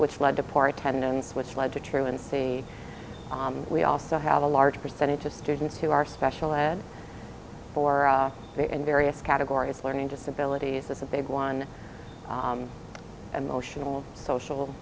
which lead to poor attendance which led to truancy we also have a large percentage of students who are special ed or they're in various categories learning disabilities is a big one emotional social